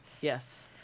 Yes